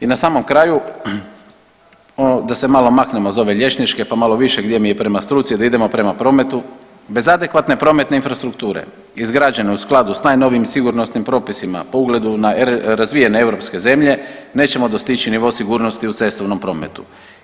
I na samom kraju, da se malo maknemo iz ove liječničke pa malo više gdje mi je prema struci da idemo prema prometu, bez adekvatne prometne infrastrukture, izgrađene u skladu s najnovijim sigurnosnim propisima po ugledu na razvijene europske zemlje, nećemo dostići nivo sigurnosti u cestovnom prometu.